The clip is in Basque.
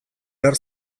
behar